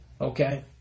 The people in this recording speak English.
Okay